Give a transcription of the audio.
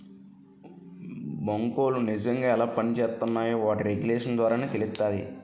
బేంకులు నిజంగా ఎలా పనిజేత్తున్నాయో వాటి రెగ్యులేషన్స్ ద్వారానే తెలుత్తాది